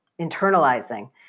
internalizing